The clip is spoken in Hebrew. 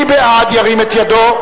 מי בעד, ירים את ידו.